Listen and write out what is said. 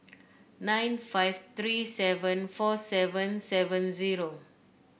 nine five three seven four seven seven zero